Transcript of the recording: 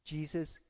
Jesus